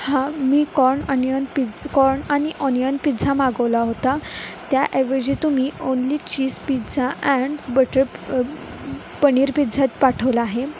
हां मी corn onion pizza corn आणि ऑनियन पिझ्झा मागवला होता त्या ऐवजी तुम्ही only cheese pizza and butter paneer पिझ्झाच पाठवला आहे